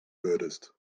würdest